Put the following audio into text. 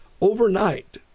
overnight